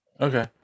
Okay